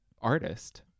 artist